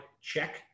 check